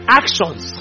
actions